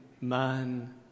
man